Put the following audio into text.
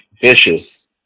Vicious